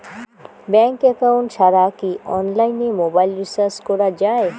Bank account ছাড়া কি অনলাইনে মোবাইল রিচার্জ করা যায়?